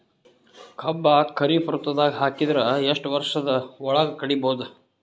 ಕಬ್ಬು ಖರೀಫ್ ಋತುದಾಗ ಹಾಕಿದರ ಎಷ್ಟ ವರ್ಷದ ಒಳಗ ಕಡಿಬಹುದು?